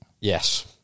Yes